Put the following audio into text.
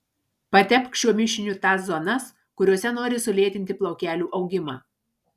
patepk šiuo mišiniu tas zonas kuriose nori sulėtinti plaukelių augimą